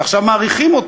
ועכשיו מאריכים אותו.